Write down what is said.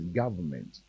government